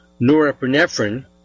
norepinephrine